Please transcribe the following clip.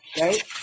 right